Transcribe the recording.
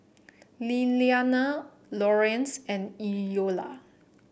Lilliana Lorenz and Iola